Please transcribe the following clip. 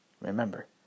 Remember